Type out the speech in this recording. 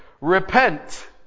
Repent